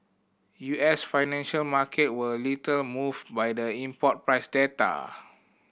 U S financial market were little moved by the import price data